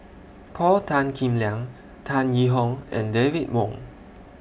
Paul Tan Kim Liang Tan Yee Hong and David Wong